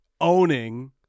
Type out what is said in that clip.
owning